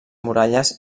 muralles